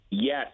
Yes